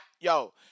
yo –